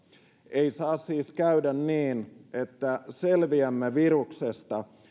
ei saa siis käydä niin että selviämme viruksesta